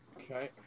Okay